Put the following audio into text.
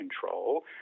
control